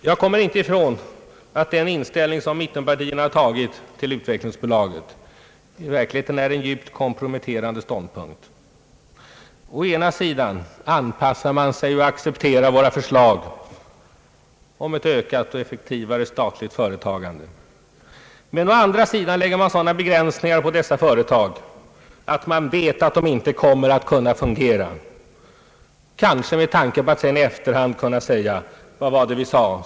Jag kommer inte ifrån att den inställning som mittenpartierna har till utvecklingsbolaget i verkligheten är en djupt komprometterande ståndpunkt. Å ena sidan anpassar man sig och accepterar våra förslag om ett ökat och effektivare statligt företagande. Men å andra sidan vill man ha sådana begränsningar för dessa företag att man vet att de inte kommer att kunna fungera — kanske med tanke på att i efterhand kunna säga: Vad var det vi sade!